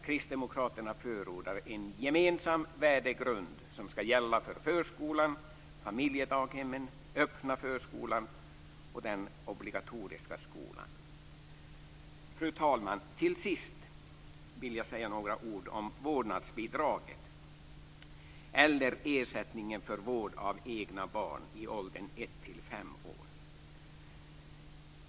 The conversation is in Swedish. Kristdemokraterna förordar en gemensam värdegrund som skall gälla för förskolan, familjedaghemmen, öppna förskolan och den obligatoriska skolan. Fru talman! Till sist vill jag säga några ord om vårdnadsbidraget eller ersättningen för vård av egna barn i åldrarna 1-5 år.